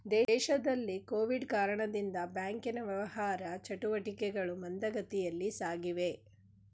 ದೇಶದಲ್ಲಿ ಕೊವಿಡ್ ಕಾರಣದಿಂದ ಬ್ಯಾಂಕಿನ ವ್ಯವಹಾರ ಚಟುಟಿಕೆಗಳು ಮಂದಗತಿಯಲ್ಲಿ ಸಾಗಿವೆ